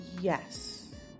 Yes